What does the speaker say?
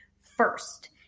first